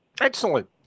excellent